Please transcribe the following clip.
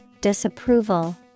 disapproval